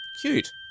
cute